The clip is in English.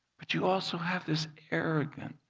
but, you also have this arrogant,